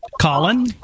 Colin